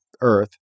earth